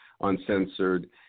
uncensored